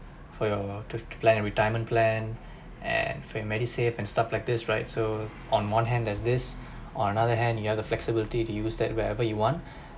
for your to plan a retirement plan and for medisave and stuff like this right so on one hand there's this on another hand you have the flexibility to use that wherever you want